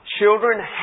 Children